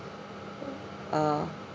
uh